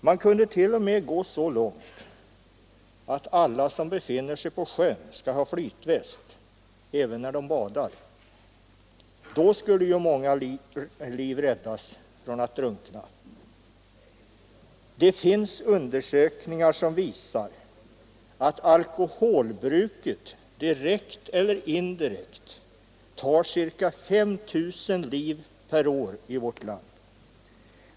Man kunde t.o.m. gå så långt att alla som befinner sig på sjön skall ha flytväst, även de som badar. Då skulle många räddas från att drunkna. Det finns undersökningar som visar att alkoholbruket direkt eller indirekt tar ca 5 000 liv per år i vårt land.